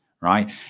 right